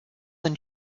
than